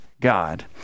God